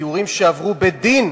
גיורים שעברו בדין,